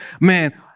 Man